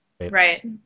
right